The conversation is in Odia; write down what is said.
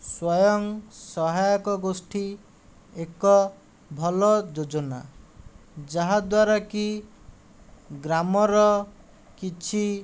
ସ୍ୱୟଂ ସହାୟକ ଗୋଷ୍ଠୀ ଏକ ଭଲ ଯୋଜନା ଯାହାଦ୍ୱାରା କି ଗ୍ରାମର କିଛି